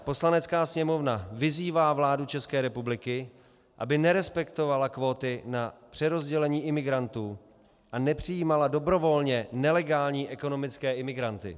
Poslanecká sněmovna vyzývá vládu České republiky, aby nerespektovala kvóty na přerozdělení imigrantů a nepřijímala dobrovolně nelegální ekonomické imigranty.